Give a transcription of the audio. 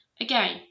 Again